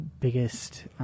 biggest –